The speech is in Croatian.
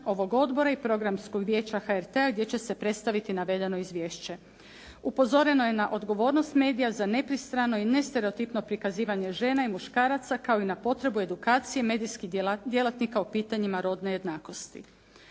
ovog odbora i programskog vijeća HRT-a gdje će se predstaviti navedeno izvješće. Upozoreno je na odgovornost medija za nepristrano i nestereotipno prikazivanje žena i muškaraca kao i na potrebu medijskih djelatnika u pitanjima rodne jednakosti.